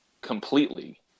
completely